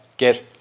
Get